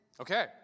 Okay